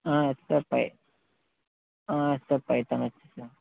yes sir pi yes sir python వచ్చు sir